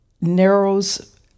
narrows